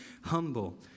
Humble